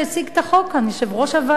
יושב-ראש הוועדה,